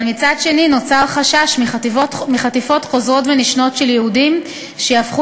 אבל מצד שני נוצר חשש מחטיפות חוזרות ונשנות של יהודים שיהפכו